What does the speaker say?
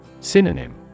Synonym